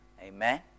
Amen